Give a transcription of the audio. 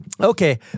Okay